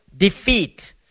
defeat